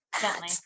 gently